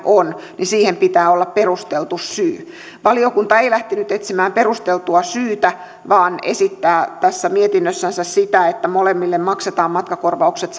on niin siihen pitää olla perusteltu syy valiokunta ei lähtenyt etsimään perusteltua syytä vaan esittää tässä mietinnössänsä että molemmille maksetaan matkakorvaukset